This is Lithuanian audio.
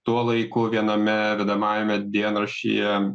tuo laiku viename vedamajame dienraštyje